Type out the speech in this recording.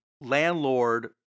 landlord